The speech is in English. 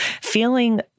feeling